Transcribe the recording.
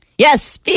Yes